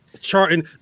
charting